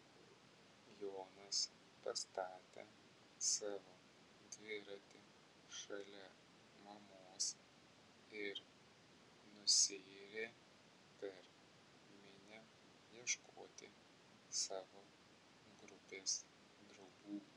jonas pastatė savo dviratį šalia mamos ir nusiyrė per minią ieškoti savo grupės draugų